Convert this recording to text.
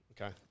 Okay